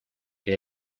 que